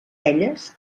elles